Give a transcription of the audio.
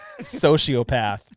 sociopath